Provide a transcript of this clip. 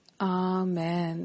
Amen